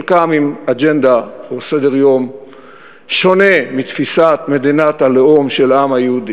חלקם עם אג'נדה או סדר-יום שונה מתפיסת מדינת הלאום של העם היהודי,